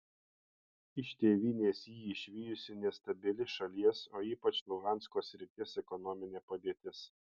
iš tėvynės jį išvijusi nestabili šalies o ypač luhansko srities ekonominė padėtis